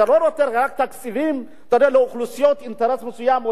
אתה לא נותן רק תקציבים לאוכלוסיות עם אינטרס מסוים,